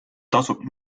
tasub